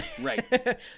Right